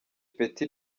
ipeti